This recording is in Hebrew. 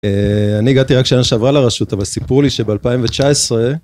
אני הגעתי רק שנה שעברה לרשות, אבל סיפרו לי שב-2019...